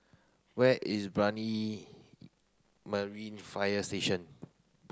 where is Brani Marine Fire Station